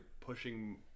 pushing